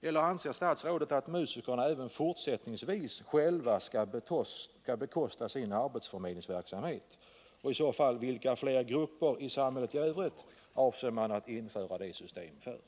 Eller anser statsrådet att musikerna även fortsättningsvis själva skall bekosta sin arbetsförmedlingsverksamhet? Om så är fallet, för vilka grupper i samhället i övrigt avser man att införa ett sådant system?